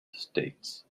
states